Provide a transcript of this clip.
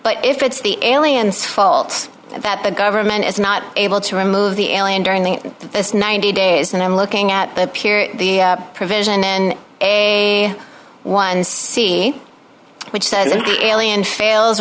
but if it's the aliens fault that the government is not able to remove the alien during the st ninety days and i'm looking at the pier the provision in a one c which says the alien fails